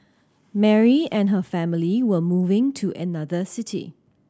Mary and her family were moving to another city